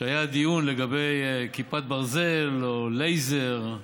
היה דיון בעניין כיפת ברזל או לייזר,